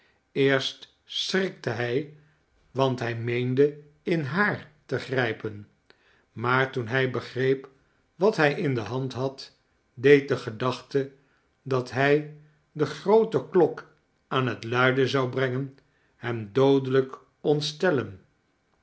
eerst schrikte hij want hij meende in haar te grijpen maar toen hij begreep wat hij in de hand had deed de gedachte dat hij de groote klok aan het luiden zou brengen hem doodelijk ontstellen